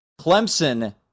Clemson